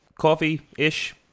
coffee-ish